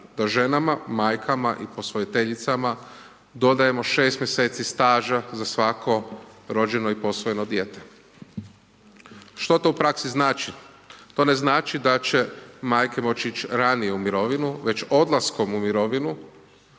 da ženama, majkama i posvojiteljicama, dodajemo 6 mjeseci staža za svako rođeno i posvojeno dijete. Što to u praksi znači? To ne znači da će majke moći ići ranije u mirovinu, već odlaskom u mirovinu